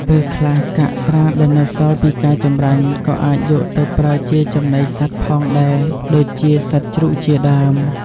ពេលខ្លះ កាកស្រាដែលសល់ពីការចម្រាញ់ក៏អាចយកទៅប្រើជាចំណីសត្វផងដែរ ដូចជាសត្វជ្រូកជាដើម។